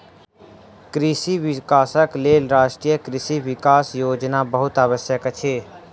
कृषि विकासक लेल राष्ट्रीय कृषि विकास योजना बहुत आवश्यक अछि